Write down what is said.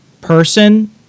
person